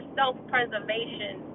self-preservation